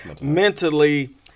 Mentally